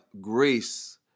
grace